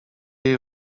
jej